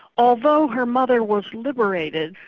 although her mother was liberated,